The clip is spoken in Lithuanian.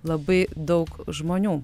labai daug žmonių